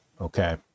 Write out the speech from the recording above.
okay